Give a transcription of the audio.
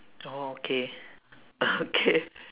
oh okay okay